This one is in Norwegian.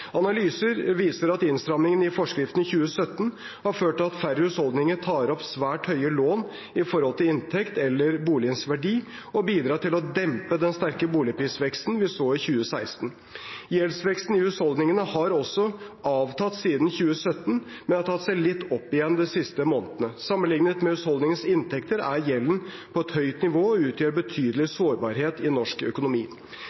Analyser viser at innstramningen i forskriften i 2017 har ført til at færre husholdninger tar opp svært høye lån i forhold til inntekt eller boligens verdi, og bidrar til å dempe den sterke boligveksten vi så i 2016. Gjeldsveksten i husholdningene har også avtatt siden 2017, men har tatt seg litt opp igjen de siste månedene. Sammenlignet med husholdningens inntekter er gjelden på et høyt nivå og utgjør en betydelig